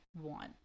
one